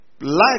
Life